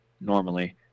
normally